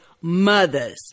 Mother's